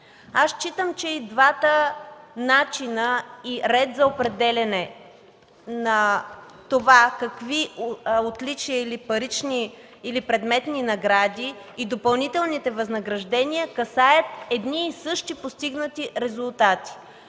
Считам, че и двата начина и ред за определяне на това какви отличия или парични, или предметни награди и допълнителните възнаграждения касаят едни и същи постигнати резултати.